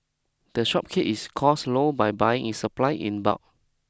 the shop keeps its costs low by buying its supply in bulk